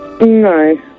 No